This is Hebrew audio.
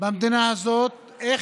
במדינה הזאת, איך